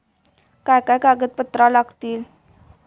काय काय कागदपत्रा लागतील?